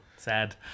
Sad